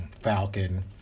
falcon